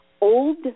old